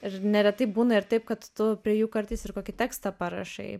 ir neretai būna ir taip kad tu prie jų kartais ir kokį tekstą parašai